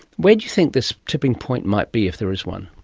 where do you think this tipping point might be, if there is one?